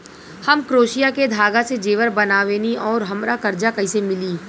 हम क्रोशिया के धागा से जेवर बनावेनी और हमरा कर्जा कइसे मिली?